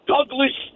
Douglas